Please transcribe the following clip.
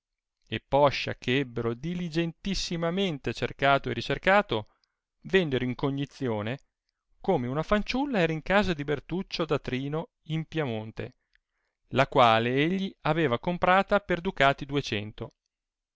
ch'ebbero diligentissimamente cercato e ricercato vennero in cognizione come una fanciulla era in casa di bertuccio da trino in piamonte la quale egli aveva comprata per ducati ducente